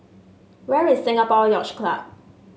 where is Singapore Yacht Club